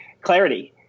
clarity